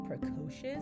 precocious